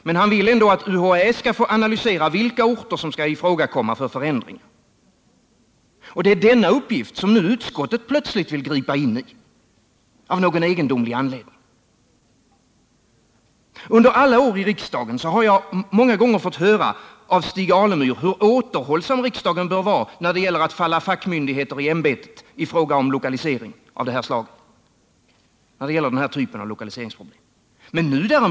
Men han vill ändå att UHÄ skall få analysera vilka orter som skall ifrågakomma för förändring, och det är denna uppgift som utskottet av någon egendomlig anledning nu plötsligt vill gripa in i. Under mina år i riksdagen har jag många gånger fått höra av Stig Alemyr hur återhållsam riksdagen bör vara när det gäller att falla fackmyndigheter i ämbetet beträffande den här typen av lokaliseringsfrågor.